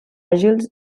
àgils